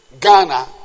Ghana